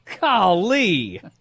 Golly